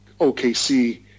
OKC